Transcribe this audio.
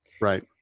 Right